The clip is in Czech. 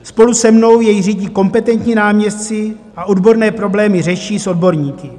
Spolu se mnou jej řídí kompetentní náměstci a odborné problémy řeší s odborníky.